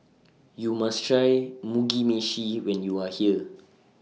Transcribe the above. YOU must Try Mugi Meshi when YOU Are here